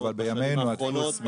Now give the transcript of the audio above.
אבל בימינו הדפוס,